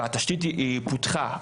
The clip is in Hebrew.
והתשתית פותחה.